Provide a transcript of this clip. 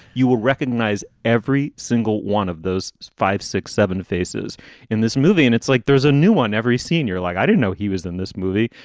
you will recognize every single one of those five, six, seven faces in this movie. and it's like there's a new one. every senior like i didn't know he was in this movie,